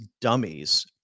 dummies